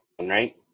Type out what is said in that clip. right